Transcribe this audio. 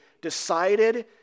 decided